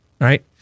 Right